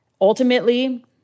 Ultimately